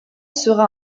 sera